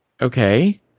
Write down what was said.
Okay